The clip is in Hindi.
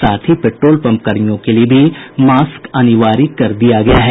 साथ ही पेट्रोल पंपकर्मियों के लिए भी मास्क अनिवार्य कर दिया गया है